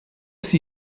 sie